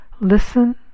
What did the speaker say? Listen